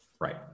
right